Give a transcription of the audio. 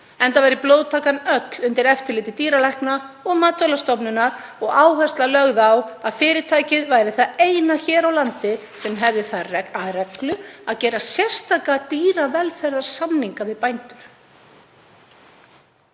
enda væri blóðtakan öll undir eftirliti dýralækna og Matvælastofnunar og áhersla lögð á að fyrirtækið væri það eina hér á landi sem hefði það að reglu að gera sérstaka dýravelferðarsamninga við bændur.